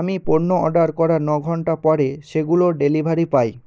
আমি পণ্য অর্ডার করার ন ঘন্টা পরে সেগুলো ডেলিভারি পাই